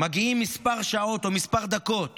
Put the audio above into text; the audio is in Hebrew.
מגיעים מספר שעות או מספר דקות